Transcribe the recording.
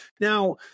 Now